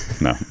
No